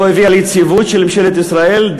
לא הביאה ליציבות של ממשלת ישראל,